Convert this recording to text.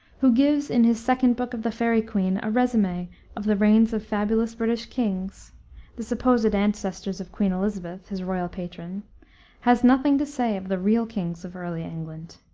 who gives in his second book of the faerie queene, a resume of the reigns of fabulous british kings the supposed ancestors of queen elizabeth, his royal patron has nothing to say of the real kings of early england.